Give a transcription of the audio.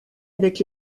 avec